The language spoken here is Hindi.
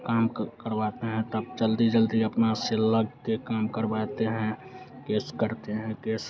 काम करवाते हैं तब जल्दी जल्दी अपना से लगके काम करवाते हैं केस करते हैं केस